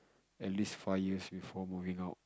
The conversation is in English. at least five years before moving out